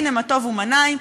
הנה מה טוב ומה נעים,